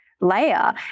layer